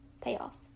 payoff